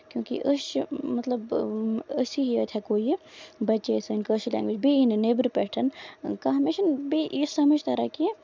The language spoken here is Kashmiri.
کیوں کہِ أسۍ چھِ مطلب أسی یوت ہٮ۪کو یہِ بَچٲیِتھ وۄنۍ سٲنۍ کٲشِر لینگویج بیٚیہِ یہِ نہٕ نیبرٕ پٮ۪ٹھ ہن کانہہ مےٚ چھُ نہٕ بیٚیہِ یہِ سَمجھ تران کیٚنٛہہ